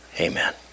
Amen